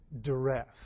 duress